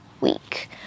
week